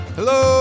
Hello